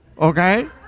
okay